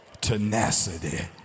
tenacity